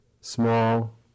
small